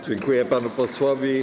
Dziękuję panu posłowi.